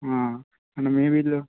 మనది ఏ ఇల్లు